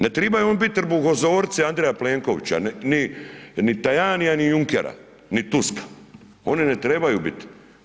Ne trebaju oni bit trbuhozborci Andreja Plenkovića ni Tajanija ni Junckera ni Tuska, oni ne trebaju biti.